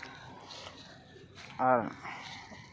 ᱟᱨ